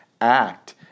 act